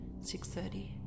6.30